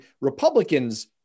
Republicans